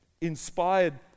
inspired